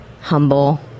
humble